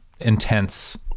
intense